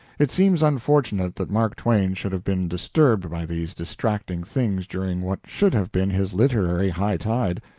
it seems unfortunate that mark twain should have been disturbed by these distracting things during what should have been his literary high-tide.